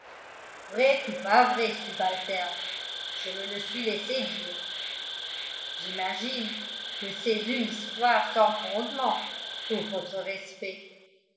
pas vrai subalterne je me le suis laissé dire j'imagine que cest z une histoire sans fondement sauf votre respect